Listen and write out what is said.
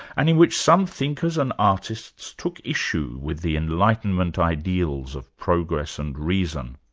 and in which some thinkers and artists took issue with the enlightenment ideals of progress and reason.